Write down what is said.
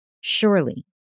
Surely